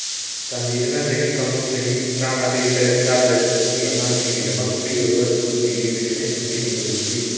ꯆꯥꯟꯕꯤꯗꯨꯅ ꯆꯍꯤ ꯀꯥꯡꯂꯨꯞ ꯆꯍꯤ ꯇ꯭ꯔꯥꯡꯉꯥꯗꯒꯤ ꯇꯔꯦꯠ ꯇ꯭ꯔꯥꯇꯦꯠꯒꯤ ꯑꯉꯥꯡꯁꯤꯡꯒꯤꯗꯃꯛ ꯐ꯭ꯔꯤ ꯑꯣꯏꯕ ꯏꯁꯄꯨꯠꯅꯤꯛꯒꯤ ꯚꯦꯛꯁꯤꯅꯦꯁꯟ ꯀ꯭ꯂꯤꯅꯤꯛ ꯑꯗꯨ ꯎꯠꯄꯤꯌꯨ